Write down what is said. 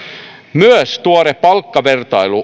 myös tuore palkkavertailu